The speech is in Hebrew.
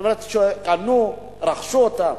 זאת אומרת, שקנו, רכשו אותן.